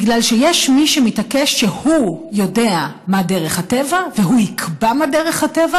בגלל שיש מי שמתעקש שהוא יודע מה דרך הטבע והוא יקבע מה דרך הטבע,